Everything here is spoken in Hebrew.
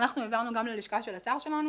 אנחנו העברנו גם ללשכה של השר שלנו.